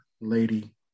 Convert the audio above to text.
lady